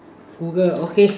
Google okay